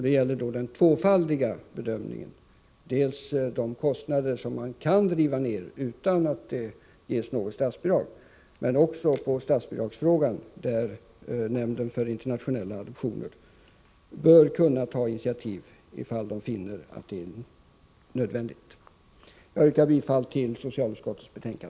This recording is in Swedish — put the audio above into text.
Det gäller då den tvåfaldiga bedömningen — dels kostnader, som man kan reducera utan att det ges statsbidrag, dels statsbidragsfrågan, där nämnden för internationella adoptioner bör kunna ta initiativ om den finner det nödvändigt. Jag yrkar bifall till socialutskottets hemställan.